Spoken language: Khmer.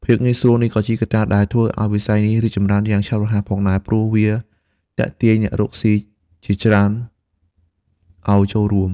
ភាពងាយស្រួលនេះក៏ជាកត្តាដែលធ្វើឱ្យវិស័យនេះរីកចម្រើនយ៉ាងឆាប់រហ័សផងដែរ ព្រោះវាទាក់ទាញអ្នករកស៊ីជាច្រើនឱ្យចូលរួម។